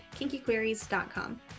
kinkyqueries.com